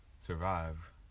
survive